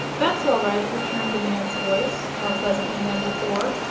that's all right, returned the man's voice, more pleasantly than before.